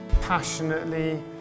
passionately